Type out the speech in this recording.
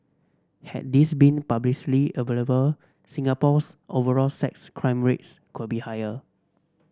had these been publicly available Singapore's overall sex crime rates could be higher